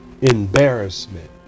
embarrassment